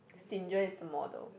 stinger is the model